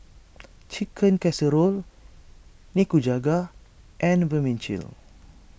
Chicken Casserole Nikujaga and Vermicelli